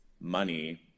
money